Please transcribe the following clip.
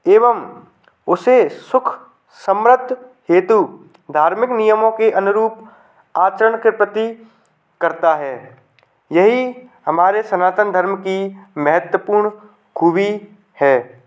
एवम उसे सुख समृद्धि हेतु धार्मिक नियमों की अनुरुप आचरण के प्रति करता है यही हमारे सनातन धर्म की महत्वपूर्ण खूबी है